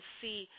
see